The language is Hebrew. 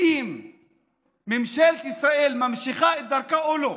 אם ממשלת ישראל ממשיכה את דרכה או לא.